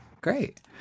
Great